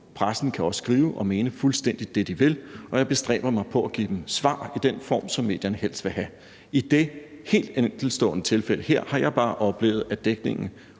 Pressen kan også skrive og mene fuldstændig det, den vil, og jeg bestræber mig på at give medierne svar i den form, som de helst vil have. I det helt enkeltstående tilfælde her har jeg bare oplevet, at dækningen